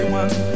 one